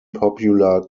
popular